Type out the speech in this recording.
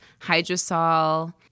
hydrosol